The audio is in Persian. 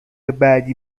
بعدی